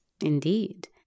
Indeed